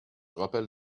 rappelle